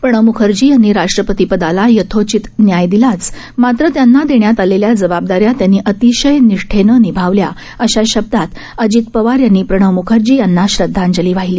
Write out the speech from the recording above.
प्रणव म्खर्जी यांनी राष्ट्रपती पदाला यथोचित न्याय दिलाच मात्र त्यांना देण्यात आलेल्या जबाबदाऱ्या त्यांनी अतिशय निष्ठेनं निभावल्या अशा शब्दात अजित पवार यांनी प्रणव मुखर्जी यांना श्रध्दांजली वाहिली